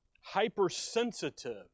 hypersensitive